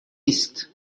است